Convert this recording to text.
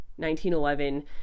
1911